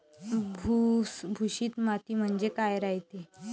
भुसभुशीत माती म्हणजे काय रायते?